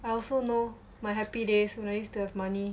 I also know my happy days when I used to have money